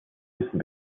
müssen